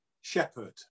shepherd